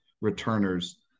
returners